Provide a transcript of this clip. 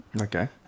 Okay